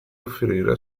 offrire